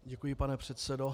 Děkuji, pane předsedo.